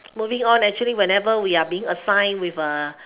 moving on actually whenever we are being assigned with a